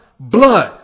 Blood